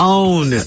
own